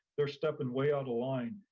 they're stepping away on the line.